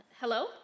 Hello